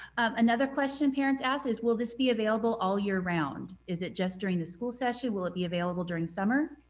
another question parents asked is, will this be available all year round? is it just during the school session? will it be available during summer?